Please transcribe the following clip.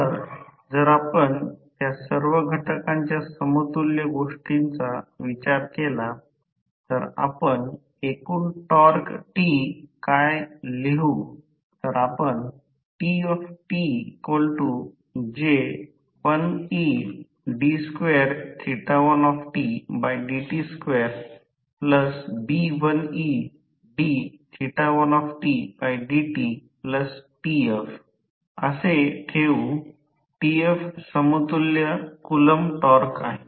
तर जर आपण त्या सर्व घटकांच्या समतुल्य गोष्टीचा विचार केला तर आपण एकूण टॉर्क T काय लिहू तर आपण TtJ1ed21tdt2B1ed1tdtTF असे ठेऊ TFसमतुल्य कुलोम्ब टॉर्क आहे